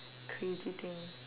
crazy thing